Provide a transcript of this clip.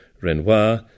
Renoir